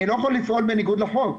אני לא יכול לפעול בניגוד לחוק.